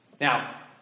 Now